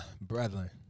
brethren